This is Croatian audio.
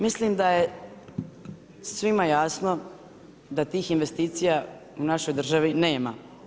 Mislim da je svima jasno da tih investicija u našoj državi nema.